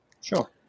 Sure